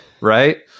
right